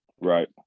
right